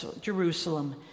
Jerusalem